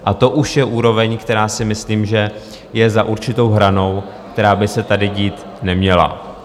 A to už je úroveň, která si myslím, že je za určitou hranou, která by se tady dít neměla.